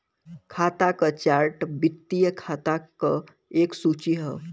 खाता क चार्ट वित्तीय खाता क एक सूची हौ